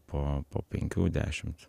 po penkių dešimt